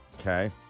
Okay